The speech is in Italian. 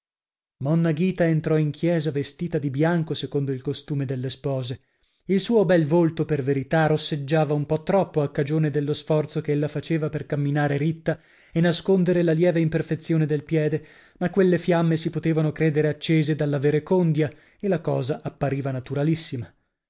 monna ghita entrò in chiesa vestita di bianco secondo il costume delle spose il suo bel volto per verità rosseggiava un po troppo a cagione dello sforzo che ella faceva per camminare ritta e nascondere la lieve imperfezione del piede ma quelle fiamme si potevano credere accese dalla verecondia e la cosa appariva naturalissima